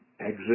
exit